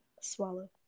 Swallow